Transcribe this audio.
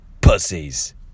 pussies